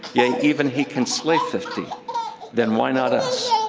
yea, even he can slay fifty then why not us?